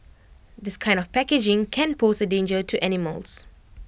this kind of packaging can pose A danger to animals